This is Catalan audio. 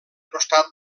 costat